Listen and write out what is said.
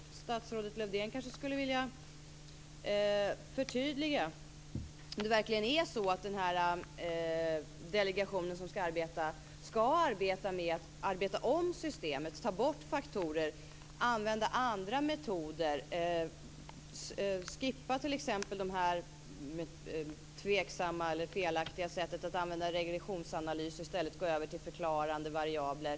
Statsrådet Lövdén kanske skulle vilja förtydliga om det verkligen är så att den delegation som tillsätts skall arbeta om systemet, ta bort faktorer och använda andra metoder. Man kunde t.ex. skippa det tveksamma eller felaktiga sättet att använda regressionsanalyser och i stället gå över till förklarande variabler.